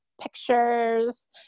pictures